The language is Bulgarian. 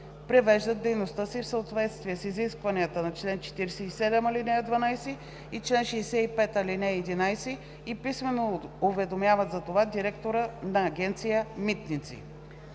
привеждат дейността си в съответствие с изискванията на чл. 47, ал. 12 и чл. 65, ал. 11 и писмено уведомяват за това директора на Агенция „Митници“.“